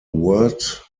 word